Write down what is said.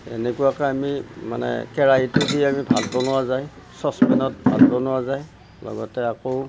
এনেকুৱাকৈ আমি মানে কেৰাহীটো দি আমি ভাত বনোৱা যায় চচপেনত ভাত বনোৱা যায় লগতে আকৌ